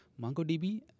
MongoDB